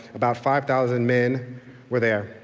about five thousand men were there.